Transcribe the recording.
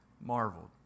marveled